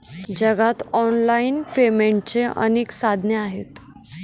जगात ऑनलाइन पेमेंटची अनेक साधने आहेत